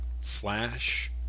Flash